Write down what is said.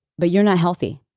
but you're not healthy.